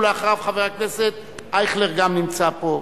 אחריו, חבר הכנסת אייכלר גם נמצא פה.